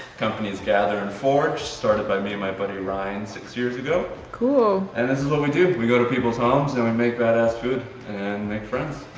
companies gathering forged started by me and my buddy ryan six years ago cool. and this is what we do. we go to people's homes and we make bad ass food and make friends